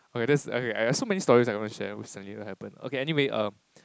oh ya that is okay !aiya! got so many stories I'm gonna share recently what happen okay anyway err